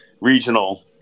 regional